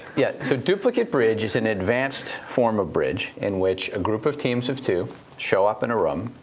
yeah so duplicate bridge is an advanced form a bridge in which a group of teams of two show up in a room,